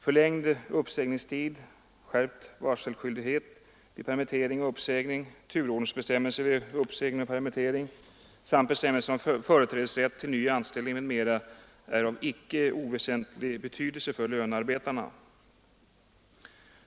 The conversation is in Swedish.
Förlängd uppsägningstid, skärpt varselskyldighet vid permittering och uppsägning, turordningsbestämmelser vid uppsägning och permittering samt bestämmelser om företrädesrätt till ny anställning m.m. är av icke oväsentlig betydelse för lönarbetarna.